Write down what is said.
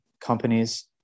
companies